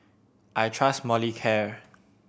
I trust Molicare